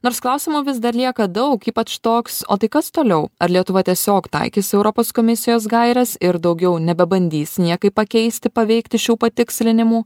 nors klausimų vis dar lieka daug ypač toks o tai kas toliau ar lietuva tiesiog taikys europos komisijos gaires ir daugiau nebebandys niekaip pakeisti paveikti šių patikslinimų